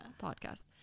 podcast